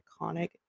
iconic